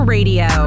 Radio